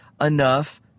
enough